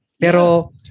Pero